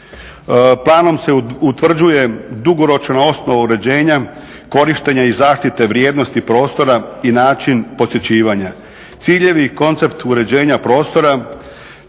Planom se utvrđuje dugoročna osnova uređenja, korištenja i zaštite vrijednosti prostora i način posjećivanja, ciljevi i koncept uređenja prostora,